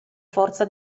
forza